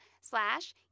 slash